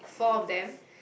four of them